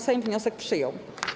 Sejm wniosek przyjął.